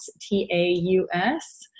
T-A-U-S